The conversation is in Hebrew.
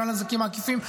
גם לנזקים העקיפים.